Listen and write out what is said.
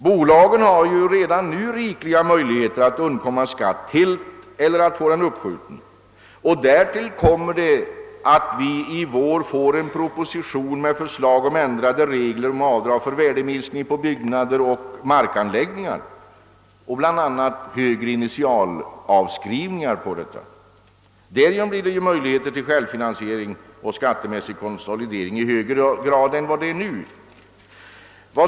Bolagen har ju redan nu rika möjligheter att undkomma skatt helt eller att få den uppskjuten. Därtill kommer att vi i vår får en proposition med förslag till ändrade regler om avdråg för avskrivning på byggnader och markanläggningar och bi. a. högre initialavskrivningar på detta område. Det ger möjligheter till skattefinansiering och konsolidering i högre grad än nu.